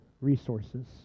resources